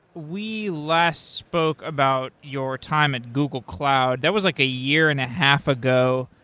we last spoke about your time at google cloud. that was like a year and half ago.